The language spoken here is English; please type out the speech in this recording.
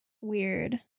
Weird